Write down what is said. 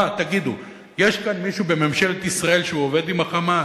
מה, יש כאן מישהו בממשלת ישראל שעובד עם ה"חמאס"?